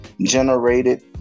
generated